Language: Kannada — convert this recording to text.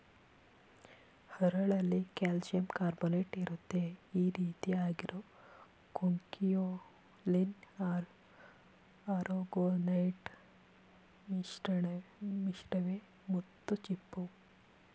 ಹರಳಲ್ಲಿ ಕಾಲ್ಶಿಯಂಕಾರ್ಬೊನೇಟ್ಇರುತ್ತೆ ಈರೀತಿ ಆಗಿರೋ ಕೊಂಕಿಯೊಲಿನ್ ಆರೊಗೊನೈಟ್ ಮಿಶ್ರವೇ ಮುತ್ತುಚಿಪ್ಪು